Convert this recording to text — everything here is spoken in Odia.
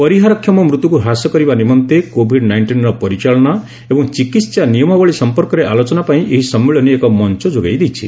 ପରିହାରକ୍ଷମ ମୃତ୍ୟୁକୁ ହ୍ରାସ କରିବା ନିମନ୍ତେ କୋଭିଡ ନାଇଷ୍ଟିନ୍ର ପରିଚାଳନା ଏବଂ ଚିକିତ୍ସା ନିୟମାବଳୀ ସମ୍ପର୍କରେ ଆଲୋଚନା ପାଇଁ ଏହି ସମ୍ମିଳନୀ ଏକ ମଞ୍ଚ ଯୋଗାଇ ଦେଇଛି